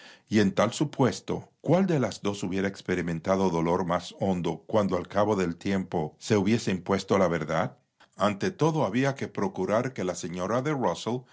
y en tal supuesto cuál de las dos hubiera experimentado dolor más hondo cuando al cabo del tiempo se hubiese impuesto la verdad ante todo había que procurar que la señora de rusell